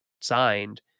signed